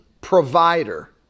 provider